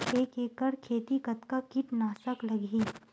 एक एकड़ खेती कतका किट नाशक लगही?